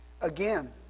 Again